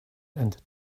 and